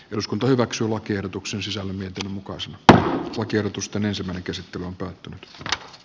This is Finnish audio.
eduskunta hyväksyi lakiehdotuksen sisällön myytin mukaan se että oikeutus tönäisemänä käsittely on välttämättömyys